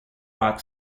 rock